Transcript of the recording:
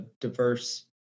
diverse